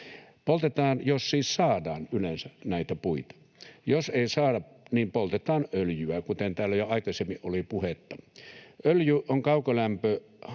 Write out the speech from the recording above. Poltetaan, jos siis saadaan yleensä näitä puita. Jos ei saada, niin poltetaan öljyä, kuten täällä jo aikaisemmin oli puhetta. Öljy on kaukolämpökattilassa